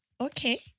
okay